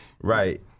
Right